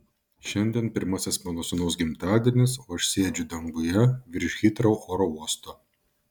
šiandien pirmasis mano sūnaus gimtadienis o aš sėdžiu danguje virš hitrou oro uosto